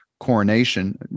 coronation